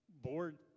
board